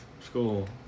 school